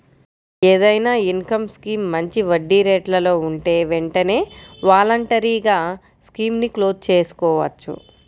ఏదైనా income scheme మంచి వడ్డీరేట్లలో ఉంటే వెంటనే వాలంటరీగా స్కీముని క్లోజ్ చేసుకోవచ్చు